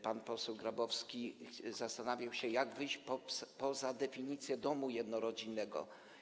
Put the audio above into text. Pan poseł Grabowski zastanawiał się, jak wyjść poza definicję domu jednorodzinnego.